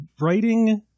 writing